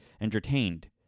entertained